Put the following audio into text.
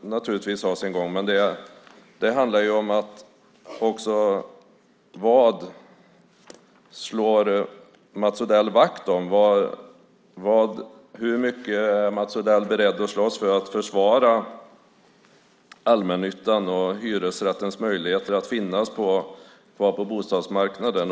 naturligtvis ska ha sin gång. Men det handlar också om vad Mats Odell slår vakt om. Hur mycket är Mats Odell beredd att slåss för att försvara allmännyttan och hyresrättens möjligheter att finnas kvar på bostadsmarknaden?